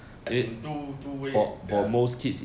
as in two two way ya